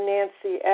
Nancy